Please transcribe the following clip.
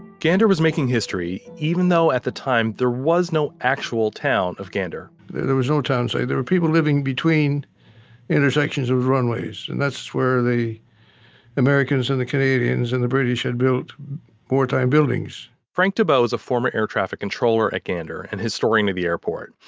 gander was making history, even though at the time there was no actual town of gander there there was no town. there were people living between intersections of runways and that's where the americans and canadians and the british had built wartime buildings frank tibbo is a former air traffic controller at gander and historian of the airport.